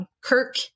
Kirk